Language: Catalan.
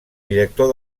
director